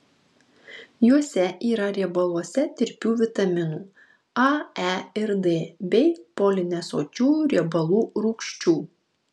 juose yra riebaluose tirpių vitaminų a e ir d bei polinesočiųjų riebalų rūgščių